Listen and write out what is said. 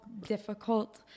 difficult